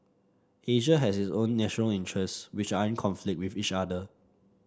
Asia has its own national interests which are in conflict with each other